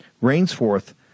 Rainsforth